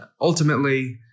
ultimately